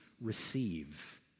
receive